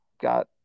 got